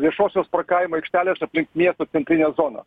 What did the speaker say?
viešosios parkavimo aikštelės aplink miesto centrinę zoną